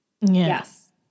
Yes